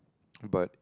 but